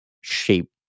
shape